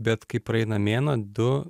bet kai praeina mėnuo du